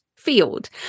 Field